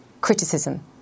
criticism